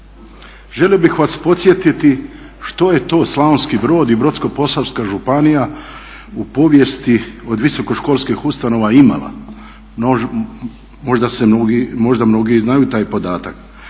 Želio bih vas podsjetiti što je to Slavonski Brod i Brodsko-posavska županija u povijesti od visokoškolskih ustanova imala. Možda mnogi i znaju taj podatak.